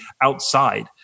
outside